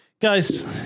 guys